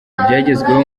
ibyagezweho